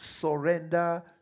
surrender